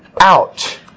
out